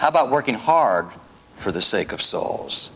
how about working hard for the sake of souls